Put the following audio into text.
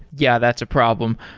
yeah, that's a problem.